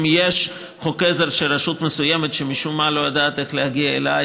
אם יש חוק עזר של רשות מסוימת שמשום מה לא יודעת איך להגיע אליי,